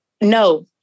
No